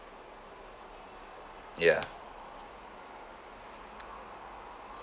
ya